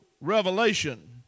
revelation